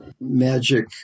magic